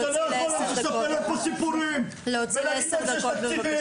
אתה לא יכול לספר סיפורים ולהגיד שיש תקציבים.